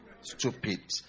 Stupid